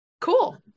cool